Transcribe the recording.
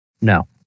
No